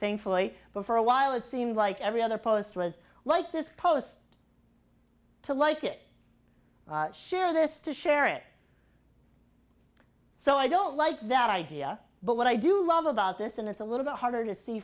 thankfully but for a while it seemed like every other post was like this post to like it share this to share it so i don't like that idea but what i do love about this and it's a little bit harder to see